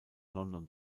london